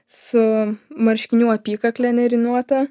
su marškinių apykakle nėriniuota